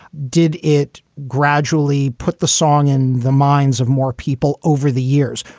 did it gradually put the song in the minds of more people over the years?